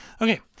Okay